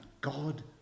God